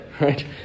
right